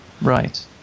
Right